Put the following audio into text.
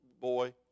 boy